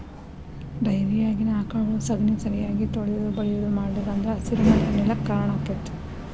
ಡೈರಿಯಾಗಿನ ಆಕಳಗೊಳ ಸಗಣಿ ಸರಿಯಾಗಿ ತೊಳಿಯುದು ಬಳಿಯುದು ಮಾಡ್ಲಿಲ್ಲ ಅಂದ್ರ ಹಸಿರುಮನೆ ಅನಿಲ ಕ್ಕ್ ಕಾರಣ ಆಕ್ಕೆತಿ